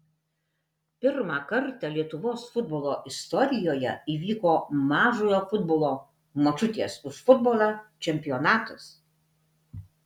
pirmą kartą lietuvos futbolo istorijoje įvyko mažojo futbolo močiutės už futbolą čempionatas